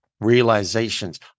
realizations